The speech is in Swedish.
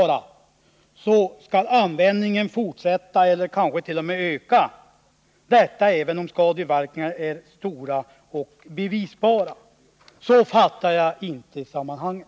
öka om konsekvenserna inte är godtagbara, eller att så skulle bli fallet även om skadeverkningarna är stora och påvisbara? Så fattar inte jag sammanhanget.